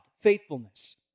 faithfulness